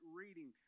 reading